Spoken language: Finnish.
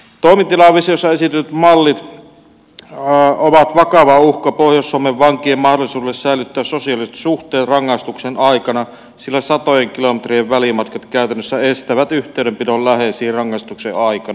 toimitilavisiossa esitetyt mallit ovat vakava uhka pohjois suomen vankien mahdollisuudelle säilyttää sosiaaliset suhteet rangaistuksen aikana sillä satojen kilometrien välimatkat käytännössä estävät yhteydenpidon läheisiin rangaistuksen aikana